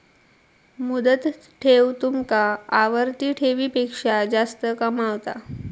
मुदत ठेव तुमका आवर्ती ठेवीपेक्षा जास्त कमावता